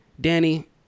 Danny